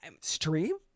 stream